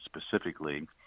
specifically